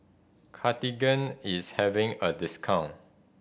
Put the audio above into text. Cartigain is having a discount